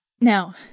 Now